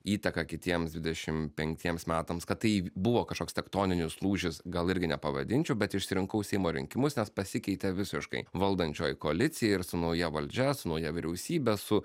įtaka kitiems dvidešim penktiems metams kad tai buvo kažkoks tektoninis lūžis gal irgi nepavadinčiau bet išsirinkau seimo rinkimus nes pasikeitė visiškai valdančioji koalicija ir su nauja valdžia su nauja vyriausybe su